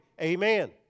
amen